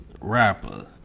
rapper